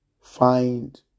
Find